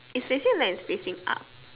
it's actually land is facing up